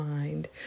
mind